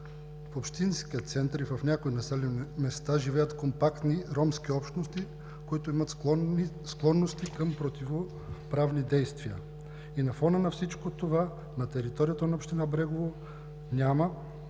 В общинския център и в някои населени места живеят компактни ромски общности, които имат склонности към противоправни действия. На фона на всичко това, на територията на община Брегово няма,